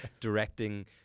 directing